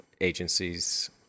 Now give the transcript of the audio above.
agencies